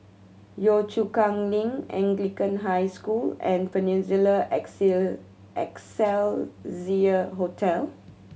Yio Chu Kang Link Anglican High School and Peninsula Excelsior Hotel